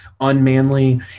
unmanly